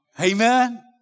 Amen